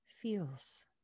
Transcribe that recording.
feels